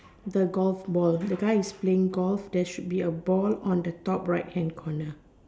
the golf ball the guy is playing golf there should be a ball on the top right hand corner